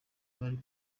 bari